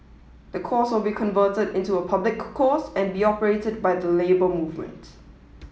the course will be converted into a public course and be operated by the Labour Movement